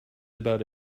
about